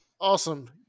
Awesome